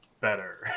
better